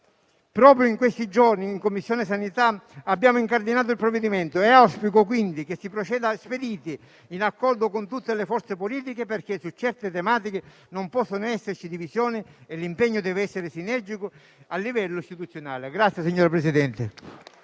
Proprio in questi giorni in Commissione sanità abbiamo incardinato il provvedimento. Auspico quindi che si proceda spediti, in accordo con tutte le forze politiche, perché su queste tematiche non possono esserci divisioni e l'impegno deve essere sinergico a livello istituzionale.